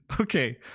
Okay